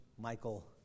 Michael